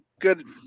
good